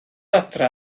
adre